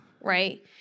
right